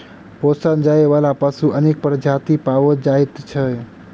पोसल जाय बला पशुक अनेक प्रजाति पाओल जाइत छै